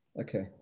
Okay